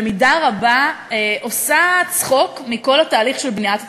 במידה רבה עושה צחוק מכל התהליך של בניית התקציב.